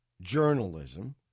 journalism